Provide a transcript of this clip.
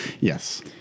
Yes